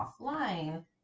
offline